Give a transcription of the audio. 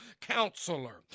counselor